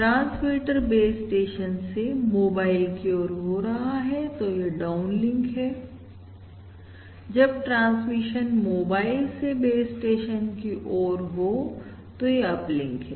transmission base station से mobile की ओर हो तो यह डाउन लिंक है जब ट्रांसमिशन मोबाइल से बेस् स्टेशन की ओर हो तो यह अपलिंक है